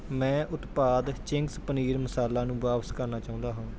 ਮੈਂ ਉਤਪਾਦ ਚਿੰਗਜ਼ ਪਨੀਰ ਮਿਰਚ ਮਸਾਲਾ ਨੂੰ ਵਾਪਿਸ ਕਰਨਾ ਚਾਹੁੰਦਾ ਹਾਂ